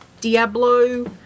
diablo